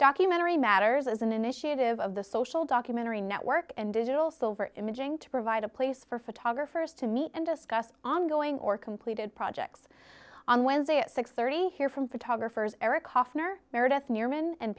documentary matters as an initiative of the social documentary network and digital silver imaging to provide a place for photographers to meet and discuss ongoing or completed projects on wednesday at six hundred and thirty here from photographers eric hofner meredith ne